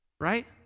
Right